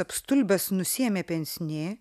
apstulbęs nusiėmė pensnė